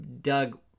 Doug